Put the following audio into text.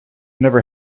never